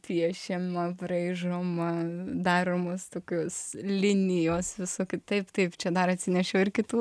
piešiama braižoma daromos tokios linijos visokių taip taip čia dar atsinešiau ir kitų